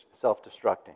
self-destructing